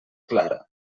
clara